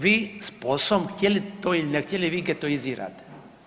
Vi s POS-om, htjeli to ili ne htjeli, vi getoizirate.